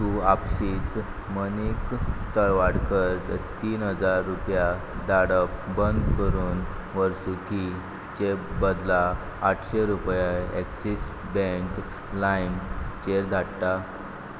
तूं आपशींच मनीक तळवाडकर तीन हजार रुपया धाडप बंद करून वर्सुकीचे बदला आठशें रुपया एक्सीस बँक लायम चेर धाडटा